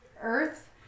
earth